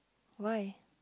why